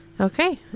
Okay